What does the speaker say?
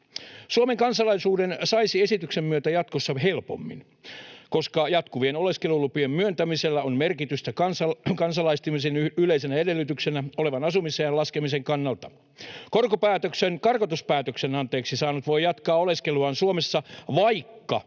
Suomen kansalaisuuden saisi esityksen myötä jatkossa helpommin, koska jatkuvien oleskelulupien myöntämisellä on merkitystä kansalaistamisen yleisenä edellytyksenä olevan asumisen laskemisen kannalta. Karkotuspäätöksen saanut voi jatkaa oleskeluaan Suomessa, vaikka